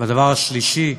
והדבר השלישי,